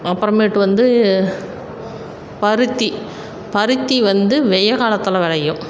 அப்புறமேட்டு வந்து பருத்தி பருத்தி வந்து வெய்யல் காலத்தில் விளையும்